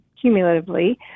cumulatively